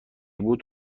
بود